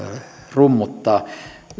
rummuttaa